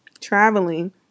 traveling